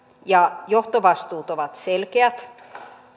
ja johtovastuut ovat selkeät